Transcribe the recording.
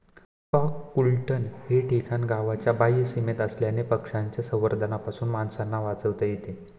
कुक्पाकुटलन हे ठिकाण गावाच्या बाह्य सीमेत असल्याने पक्ष्यांच्या संसर्गापासून माणसांना वाचवता येते